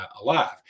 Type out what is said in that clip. alive